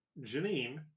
Janine